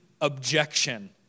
objection